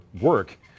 work